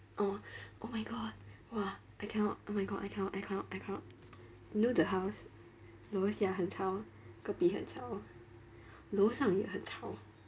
oh oh my god !wah! I cannot oh my god I cannot I cannot I cannot you know the house 楼下很吵隔壁很吵楼上也很吵